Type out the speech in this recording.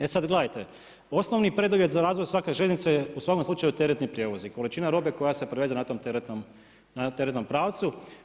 E sada gledajte, osnovni preduvjet za razvoj svake željeznice je u svakom slučaju teretni prijevoz i količina robe koja se preveze na tom teretnom pravcu.